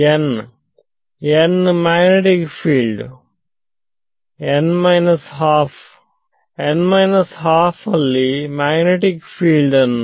ವಿದ್ಯಾರ್ಥಿ n ½ ನಲ್ಲಿ magnetic field ಅನ್ನು